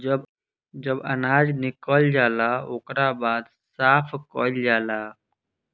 जब अनाज निकल जाला ओकरा बाद साफ़ कईल जाला